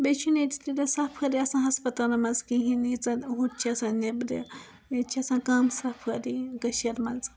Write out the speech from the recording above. بیٚیہِ چھِنہٕ ییٚتہِ تیٛوٗتاہ صفأیۍ آسان ہَسپَتالَن منٛز کِہیٖنٛۍ یِیٖژاہ ہوتہِ چھِ آسان نٮ۪برٕ ییٚتہِ چھِ آسان کَم صفأیی کٔشیٖرِ منٛز